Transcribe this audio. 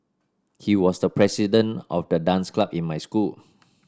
he was the president of the dance club in my school